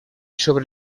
sobre